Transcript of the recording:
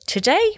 Today